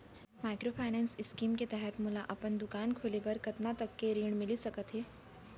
Microfinance scheme के तहत मोला अपन दुकान खोले बर कतना तक के ऋण मिलिस सकत हे?